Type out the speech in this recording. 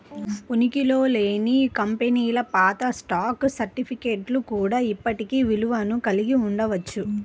ఉనికిలో లేని కంపెనీల పాత స్టాక్ సర్టిఫికేట్లు కూడా ఇప్పటికీ విలువను కలిగి ఉండవచ్చు